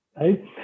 right